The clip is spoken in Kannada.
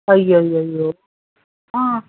ಅಯ್ಯಯ್ಯಯ್ಯೋ ಹಾಂ